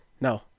No